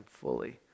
fully